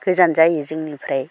गोजान जायो जोंनिफ्राय